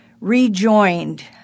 rejoined